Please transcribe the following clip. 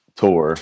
tour